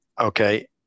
Okay